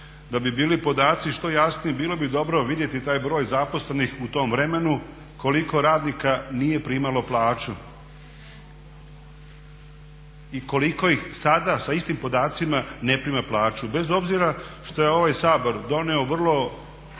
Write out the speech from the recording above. Da bi bili podaci što jasniji bilo bi dobro vidjeti taj broj zaposlenih u tom vremenu koliko radnika nije primalo plaću i koliko ih sada sa istim podacima ne prima plaću bez obzira što je ovaj Sabor doneo vrlo